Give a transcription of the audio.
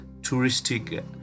touristic